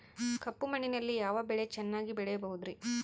ಕಪ್ಪು ಮಣ್ಣಿನಲ್ಲಿ ಯಾವ ಬೆಳೆ ಚೆನ್ನಾಗಿ ಬೆಳೆಯಬಹುದ್ರಿ?